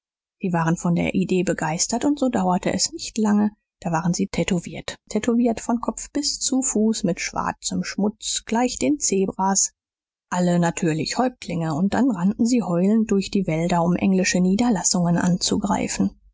sie waren von der idee begeistert und so dauerte es nicht lange da waren sie tätowiert tätowiert von kopf bis zu fuß mit schwarzem schmutz gleich den zebras alle natürlich häuptlinge und dann rannten sie heulend durch die wälder um englische niederlassungen anzugreifen